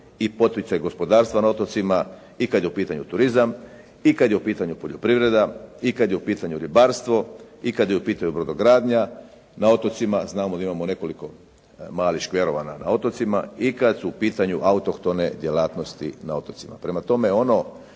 i poticaj gospodarstva na otocima i kad je u pitanju turizam i kad je u pitanju poljoprivreda i kad je u pitanju ribarstvo i kad je u pitanju brodogradnja na otocima znamo da imamo nekoliko malih škverova na otocima i kad su u pitanju autohtone djelatnosti na otocima. Prema tome, ono